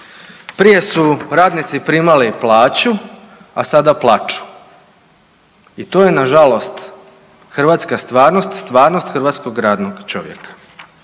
prije su radnici primali plaću, a sada plaču i to je nažalost hrvatska stvarnost, stvarnost hrvatskog radnog čovjeka,